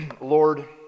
Lord